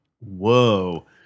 Whoa